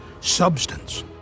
substance